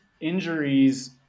injuries